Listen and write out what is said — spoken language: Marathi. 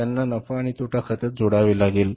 त्यांना नफा आणि तोटा खात्यात जोडावे लागेल